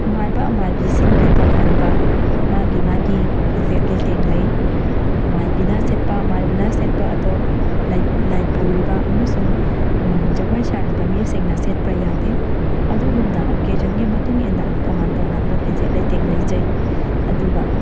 ꯑꯃꯥꯏꯕ ꯑꯃꯥꯏꯕꯤꯁꯤꯡꯒꯤ ꯇꯣꯉꯥꯟꯕ ꯃꯥꯒꯤ ꯃꯥꯒꯤ ꯐꯤꯖꯦꯠ ꯂꯩꯇꯦꯡ ꯂꯩ ꯑꯃꯥꯏꯕꯤꯅ ꯁꯦꯠꯄ ꯑꯃꯥꯏꯕꯅ ꯁꯦꯠꯄ ꯑꯗꯣ ꯂꯥꯏ ꯄꯨꯔꯤꯕ ꯑꯃꯁꯨꯡ ꯖꯒꯣꯏ ꯁꯥꯔꯤꯕ ꯃꯤꯁꯤꯡꯅ ꯁꯦꯠꯄ ꯌꯥꯗꯦ ꯑꯗꯨꯒꯨꯝꯅ ꯑꯣꯀꯦꯖꯟꯒꯤ ꯃꯇꯨꯡ ꯏꯟꯅ ꯇꯣꯉꯥꯟ ꯇꯣꯉꯥꯟꯕ ꯐꯤꯖꯦꯠ ꯂꯩꯇꯦꯡ ꯂꯩꯖꯩ ꯑꯗꯨꯒ